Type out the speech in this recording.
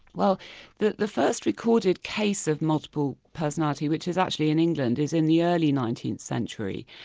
well the the first recorded case of multiple personality, which is actually in england, is in the early nineteenth century,